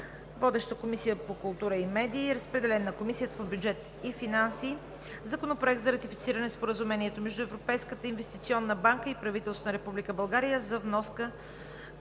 Водеща е Комисията по културата и медиите. Разпределен е и на Комисията по бюджет и финанси. Законопроект за ратифициране на Споразумението между Европейската инвестиционна банка и правителството на Република